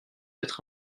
être